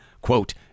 quote